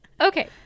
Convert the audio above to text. Okay